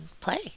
play